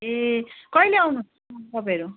ए कहिले आउनुहुन्छ तपाईँहरू